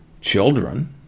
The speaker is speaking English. children